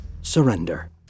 surrender